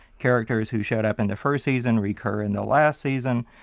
characters who showed up in the first season recur in the last season.